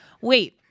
Wait